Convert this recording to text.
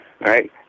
right